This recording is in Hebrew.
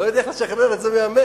לא יודע איך לשחרר את זה מהמכס,